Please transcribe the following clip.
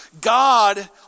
God